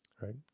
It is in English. right